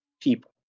people